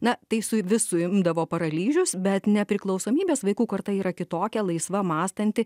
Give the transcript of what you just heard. na tai su vis suimdavo paralyžius bet nepriklausomybės vaikų karta yra kitokia laisva mąstanti